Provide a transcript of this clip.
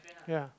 ya